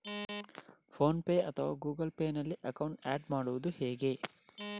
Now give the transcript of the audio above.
Phone pay ಅಥವಾ Google Pay ನಲ್ಲಿ account add ಮಾಡುವುದು ಹೇಗೆ?